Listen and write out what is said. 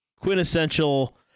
quintessential